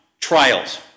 trials